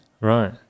Right